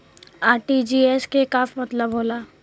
RTGS के का मतलब होला?